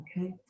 Okay